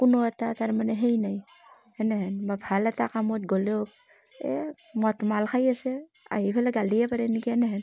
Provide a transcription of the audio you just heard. কোনো এটা তাৰমানে সেই নাই সেনেহেন মই ভাল এটা কামত গ'লেও মদ মাল খাই আছে আহি পেলাই গালিয়ে পাৰে নেকি এনেহেন